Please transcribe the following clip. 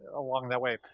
along that way.